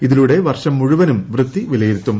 ഇതിലൂടെ വർഷം മുഴുവനും വൃത്തി വിലയിരുത്തും